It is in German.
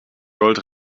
gold